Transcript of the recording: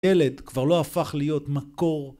‫אלת כבר לא הפך להיות מקור.